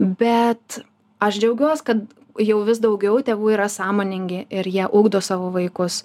bet aš džiaugiuos kad jau vis daugiau tėvų yra sąmoningi ir jie ugdo savo vaikus